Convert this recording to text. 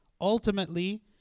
Ultimately